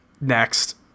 Next